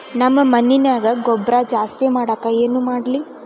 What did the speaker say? ನಮ್ಮ ಮಣ್ಣಿನ್ಯಾಗ ಗೊಬ್ರಾ ಜಾಸ್ತಿ ಮಾಡಾಕ ಏನ್ ಮಾಡ್ಲಿ?